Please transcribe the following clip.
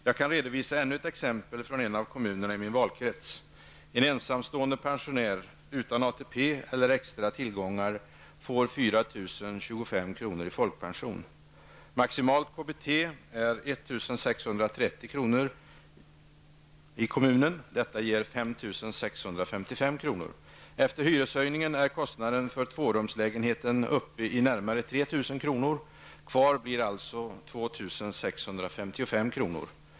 Jag kan redovisa ännu ett exempel från en av kommunerna i min valkrets: Efter hyreshöjningen är kostnaden för tvårumslägenheten upp i närmare 3 000 kr. Kvar blir alltså 2 655 kr.